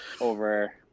Over